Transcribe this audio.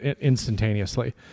instantaneously